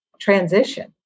transition